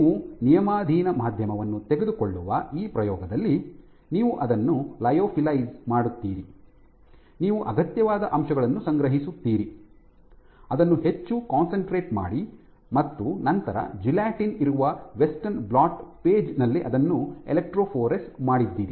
ನೀವು ನಿಯಮಾಧೀನ ಮಾಧ್ಯಮವನ್ನು ತೆಗೆದುಕೊಳ್ಳುವ ಈ ಪ್ರಯೋಗದಲ್ಲಿ ನೀವು ಅದನ್ನು ಲ್ಯೊಫಿಲೈಜ್ ಮಾಡುತ್ತೀರಿ ನೀವು ಅಗತ್ಯವಾದ ಅಂಶಗಳನ್ನು ಸಂಗ್ರಹಿಸುತ್ತೀರಿ ಅದನ್ನು ಹೆಚ್ಚು ಕಾನ್ಸೆಂಟ್ರೇಟ್ ಮಾಡಿ ಮತ್ತು ನಂತರ ಜೆಲಾಟಿನ್ ಇರುವ ವೆಸ್ಟರ್ನ್ ಬ್ಲಾಟ್ ಪೇಜ್ ನಲ್ಲಿ ಅದನ್ನು ಎಲೆಕ್ಟ್ರೋಫೊರೆಸ್ ಮಾಡಿದ್ದೀರಿ